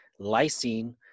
lysine